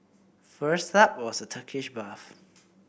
first up was the Turkish bath